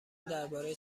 درباره